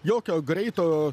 jokio greito